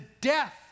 death